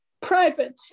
private